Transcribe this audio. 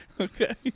Okay